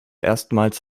erstmals